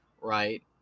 right